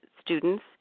students